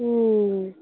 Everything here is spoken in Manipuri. ꯎꯝ